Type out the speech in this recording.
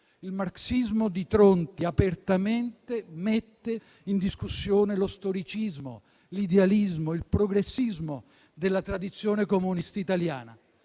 Il marxismo di Tronti mette apertamente in discussione lo storicismo, l'idealismo, il "progressismo" della tradizione comunista italiana.